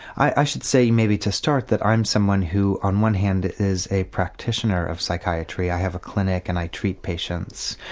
i i should say maybe to start that i am someone who on one hand is a practitioner of psychiatry, i have a clinic and i treat patients.